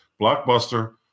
Blockbuster